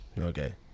Okay